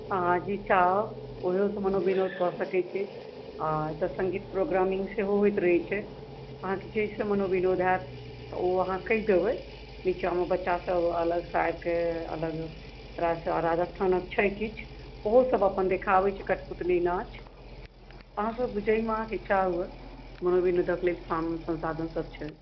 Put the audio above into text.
अहाँ जी चाहब ओहियोसँ मनोविनोद कऽ सकैत छी आ एतऽ सङ्गीत प्रोग्रामिन्ग सेहो होयत रहैत छै अहाँकेँ जाहिसँ मनोविनोद होयत तऽ ओ अहाँ कहि देबै ठीक छै हमर बच्चा सब अलगसँ आबि कऽ अलग तरहसँ राजस्थानक छै किछु ओहो सब अपन देखाबैत छै कठपुतली नाँच अहाँसब जाहिमे अहाँकेँ इच्छा हुअ मनोविनोदक लेल संसाधन सब छै